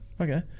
Okay